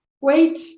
wait